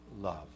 love